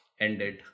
ended